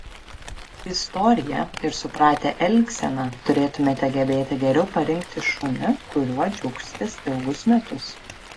istoriją ir supratę elgseną turėtumėte gebėti geriau parinkti šunį kuriuo džiaugsitės ilgus metus